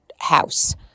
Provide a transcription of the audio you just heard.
house